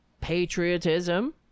patriotism